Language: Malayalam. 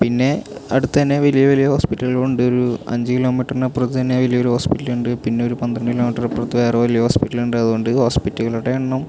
പിന്നെ അടുത്ത് തന്നെ വലിയ വലിയ ഹോസ്പിറ്റലുകളൊണ്ടൊരു അഞ്ച് കിലോമീറ്ററിന് അപ്പുറത്ത് തന്നെ വലിയൊരു ഹോസ്പിറ്റലുണ്ട് പിന്നെ ഒരു പന്ത്രണ്ട് കിലോമീറ്ററപ്പുറത്ത് വേറെ വലിയ ഹോസ്പിറ്റലുണ്ട് അതുകൊണ്ട് ഹോസ്പിറ്റലുകളുടെ എണ്ണം